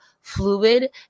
fluid